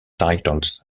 titles